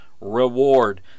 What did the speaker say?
reward